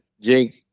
Jake